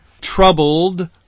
troubled